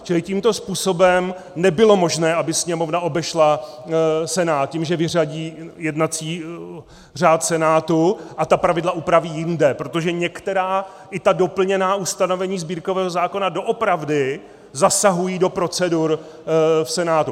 Čili tímto způsobem nebylo možné, aby Sněmovna obešla Senát tím, že vyřadí jednací řád Senátu a ta pravidla upraví jinde, protože některá, i ta doplněná ustanovení sbírkového zákona doopravdy zasahují do procedur Senátu.